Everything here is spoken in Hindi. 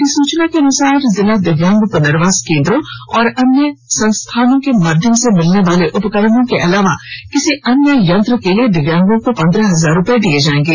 अधिसूचना के अनुसार जिला दिव्यांग पुर्नवास केन्द्रों और अन्य संस्थानों के माध्यम से मिलने वाले उपकरणों के अलावा किसी अन्य यंत्र के लिए दिव्यांगों को पन्द्रह हजार रूपये दिए जाएंगे